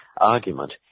argument